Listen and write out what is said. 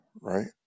right